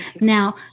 Now